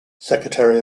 secretary